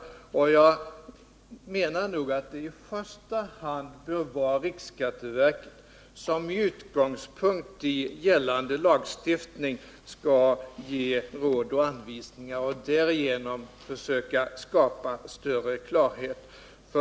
Enligt min mening bör det ankomma på i första hand riksskatteverket att med utgångspunkt i gällande lagstiftning ge råd och anvisningar, så att man på det sättet skapar större klarhet här.